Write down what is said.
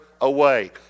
away